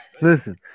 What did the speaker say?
Listen